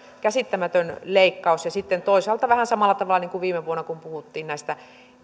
käsittämätön leikkaus ja sitten toisaalta aivan samalla tavalla kuin viime vuonna kun puhuttiin näistä